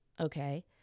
Okay